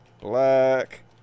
Black